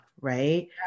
right